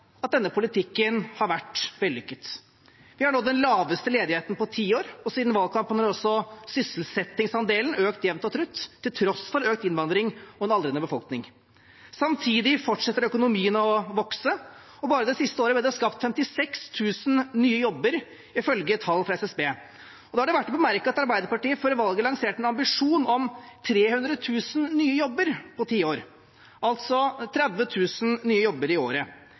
at denne politikken har vært vellykket. Vi har nå den laveste ledigheten på tiår, og siden valgkampen har også sysselsettingsandelen økt jevnt og trutt, til tross for økt innvandring og en aldrende befolkning. Samtidig fortsetter økonomien å vokse, og bare det siste året ble det skapt 56 000 nye jobber, ifølge tall fra SSB. Da er det verdt å bemerke at Arbeiderpartiet før valget lanserte en ambisjon om 300 000 nye jobber på ti år, altså 30 000 nye jobber i året.